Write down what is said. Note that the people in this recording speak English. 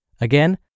Again